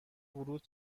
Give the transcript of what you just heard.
ورود